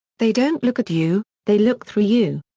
they don't look at you, they look through you.